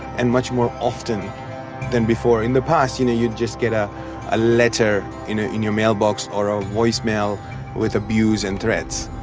and much more often than before. in the past you know you'd just get a ah letter in ah in your mailbox or a voicemail with abuse and threats.